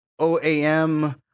OAM